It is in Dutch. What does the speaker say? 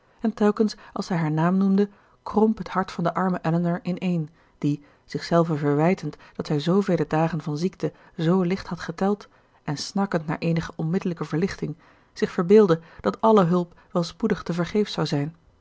en telkens als zij haar naam noemde kromp het hart van de arme elinor ineen die zichzelve verwijtend dat zij zoovele dagen van ziekte zoo licht had geteld en snakkend naar eenige onmiddellijke verlichting zich verbeeldde dat alle hulp wel spoedig te vergeefsch zou zijn